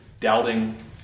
doubting